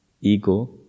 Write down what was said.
ego